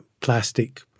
plastic